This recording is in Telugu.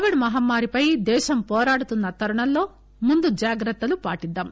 కొవిడ్ మహమ్మారిపై దేశం పోరాడుతున్న తరుణంలో ముందు జాగ్రత్తలను పాటిద్దాం